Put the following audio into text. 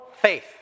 faith